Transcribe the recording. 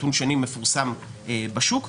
נתון שני מפורסם בשוק,